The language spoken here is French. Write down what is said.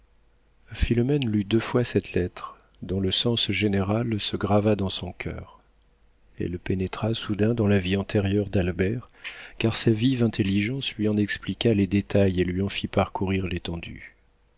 philomène lut deux fois cette lettre dont le sens général se grava dans son coeur elle pénétra soudain dans la vie antérieure d'albert car sa vive intelligence lui en expliqua les détails et lui en fit parcourir l'étendue